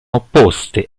opposte